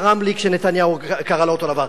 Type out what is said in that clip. צרם לי כשנתניהו קרה לו אותו הדבר,